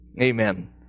Amen